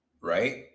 Right